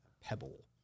pebble